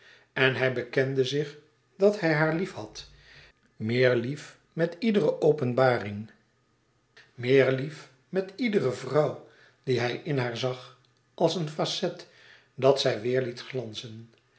en hij bekende zich dat hij haar liefhad meer lief met iedere openbaring meer lief met iedere vrouw die hij in haar zag als een facet dat zij weêr liet glanzen